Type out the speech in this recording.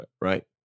Right